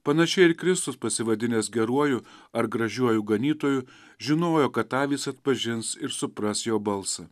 panašiai ir kristus pasivadinęs geruoju ar gražiuoju ganytoju žinojo kad avys atpažins ir supras jo balsą